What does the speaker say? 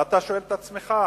ואתה שואל את עצמך,